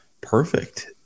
perfect